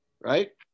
Right